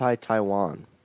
Taiwan